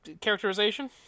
characterization